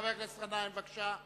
חבר הכנסת גנאים, בבקשה.